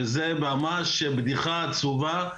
שזה ממש בדיחה עצובה.